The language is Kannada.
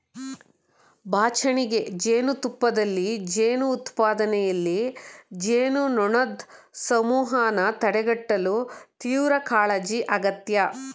ಬಾಚಣಿಗೆ ಜೇನುತುಪ್ಪದಲ್ಲಿ ಜೇನು ಉತ್ಪಾದನೆಯಲ್ಲಿ, ಜೇನುನೊಣದ್ ಸಮೂಹನ ತಡೆಗಟ್ಟಲು ತೀವ್ರಕಾಳಜಿ ಅಗತ್ಯ